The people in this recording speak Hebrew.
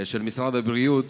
של משרד הבריאות,